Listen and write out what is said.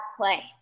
play